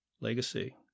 legacy